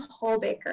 Hallbaker